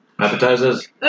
Appetizers